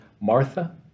Martha